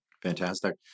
Fantastic